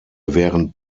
während